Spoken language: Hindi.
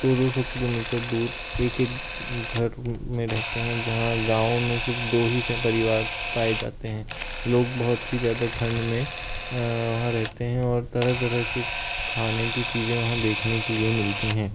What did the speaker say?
दो दो सौ किलोमीटर दूर एक एक घर में रहते हैं जहाँ गाँव में सिर्फ़ दो ही से परिवार पाए जाते हैं लोग बहुत ही ज़्यादा ठंड में रहते हैं और तरह तरह की खाने की चीज़ें वहाँ देखने के लिए मिलती है